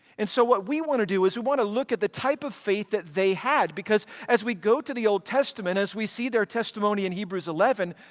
and so what we want to do is we want to look at the type of faith that they had, because as we go to the old testament as we see their testimony in hebrews eleven,